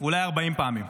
אולי 40 פעמים.